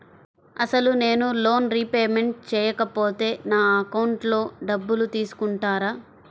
అసలు నేనూ loan repayment చేయకపోతే నా అకౌంట్లో డబ్బులు తీసుకుంటారా?